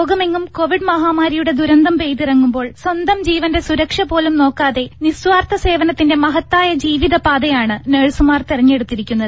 ലോകമെങ്ങും കോവിഡ് മഹാമാരിയുടെ ദുരന്തം പെയ്തിറങ്ങുമ്പോൾ സ്വന്തം ജീവന്റെ സുരക്ഷപോലും നോക്കാതെ നിസ്വാർത്ഥ സേവനത്തിന്റെ മഹത്തായ ജീവിതപാതയാണ് നഴ്സുമാർ തിരഞ്ഞെടുത്തിരിക്കുന്നത്